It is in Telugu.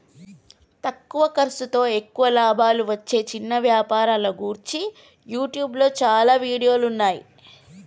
తక్కువ ఖర్సుతో ఎక్కువ లాభాలు వచ్చే చిన్న వ్యాపారాల గురించి యూట్యూబ్లో చాలా వీడియోలున్నయ్యి